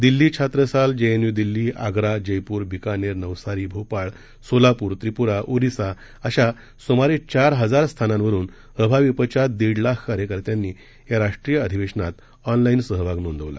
दिल्लीछात्रसाल जेएनय्दिल्ली आग्रा जयपूर बिकानेर नवसारी भोपाळ सोलापूर त्रिपूरा ओरिसा अशासुमारेचारहजारस्थानांवरूनअभाविपच्यादीडलाखकार्यकत्यांनीयाराष्ट्रीयअधिवेशनातऑन लाईनसहभागनोंदवला